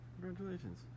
Congratulations